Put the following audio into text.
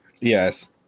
Yes